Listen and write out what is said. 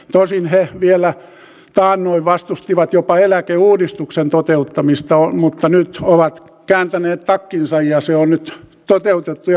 tosin he vielä taannoin vastustivat jopa eläkeuudistuksen toteuttamista mutta nyt ovat kääntäneet takkinsa ja se on nyt toteutettu ja hyväksytty